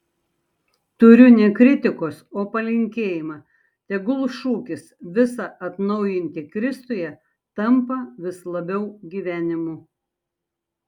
turiu ne kritikos o palinkėjimą tegul šūkis visa atnaujinti kristuje tampa vis labiau gyvenimu